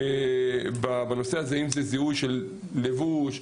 אם זה זיהוי של לבוש,